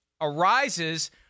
arises –